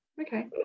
Okay